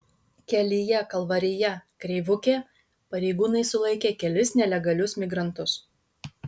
kelyje kalvarija kreivukė pareigūnai sulaikė kelis nelegalius migrantus